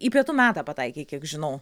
į pietų metą pataikei kiek žinau